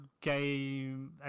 game